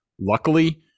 luckily